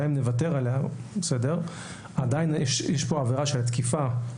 גם אם נוותר עליה עדיין יש כאן עבירה של תקיפה.